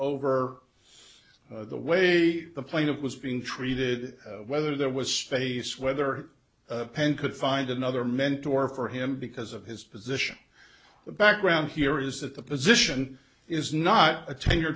over the way the plane of was being treated whether there was space whether penn could find another mentor for him because of his position the background here is that the position is not a tenure